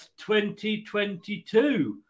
2022